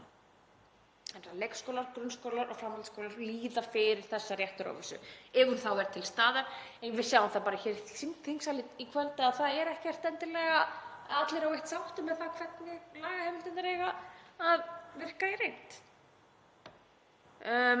Leikskólar, grunnskólar og framhaldsskólar líða fyrir þessa réttaróvissu ef hún er þá til staðar. Við sjáum það bara í þingsal í kvöld að það eru ekki endilega allir á eitt sáttir með það hvernig lagaheimildirnar eiga að virka í reynd.